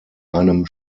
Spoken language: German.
einem